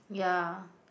ya